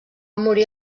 morir